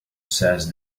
says